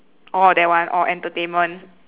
oh that one oh entertainment